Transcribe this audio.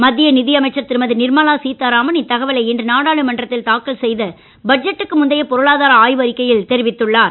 மத்திய நிதி அமைச்சர் திருமதி நிர்மலா சீதாராமன் இத்தகவலை இன்று நாடாளுமன்றத்தில் தாக்கல் செய்த பட்ஜெட்டுக்கு முந்தைய பொருளாதார ஆய்வறிக்கையில் தெரிவித்துள்ளார்